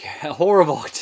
horrible